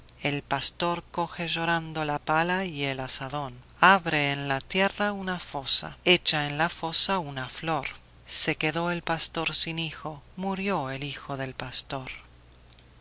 el pastor coge llorando la pala y el azadón abre en la tierra una fosa echa en la fosa una flor se quedó el pastor sin hijo murió el hijo del pastor